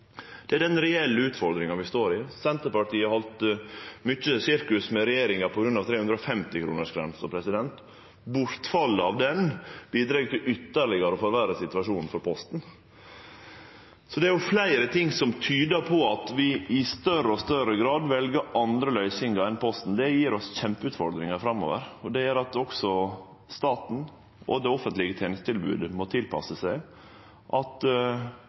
den reelle utfordringa vi står i. Senterpartiet har halde mykje sirkus med regjeringa på grunn av 350-kronersgrensa. Bortfallet av ho bidreg til ytterlegare å forverre situasjonen for Posten. Det er fleire ting som tyder på at vi i større og større grad vel andre løysingar enn Posten. Det gjev oss kjempeutfordringar framover. Og det gjer at også staten og det offentlege tenestetilbodet må tilpasse seg at